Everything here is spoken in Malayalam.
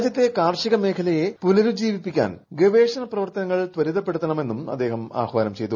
രാജ്യത്തെ കാർഷിക മേഖലയെ പുനരുജ്ജീവിപ്പിക്കാൻ ഗവേഷണ പ്രവർത്തനങ്ങൾ ത്വരിതപ്പെടുത്തണം എന്നും അദ്ദേഹം ആഹാനം ചെയ്തു